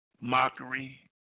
mockery